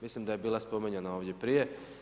Mislim da je bila spominjana ovdje prije.